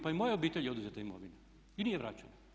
Pa i mojoj obitelji je oduzeta imovina i nije vraćena.